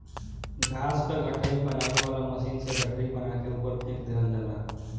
घास क गठरी बनावे वाला मशीन से गठरी बना के ऊपर फेंक देहल जाला